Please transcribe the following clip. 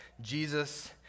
Jesus